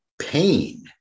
pain